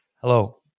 hello